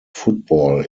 football